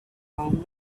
found